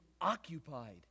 occupied